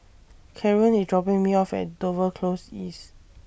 Kaaren IS dropping Me off At Dover Close East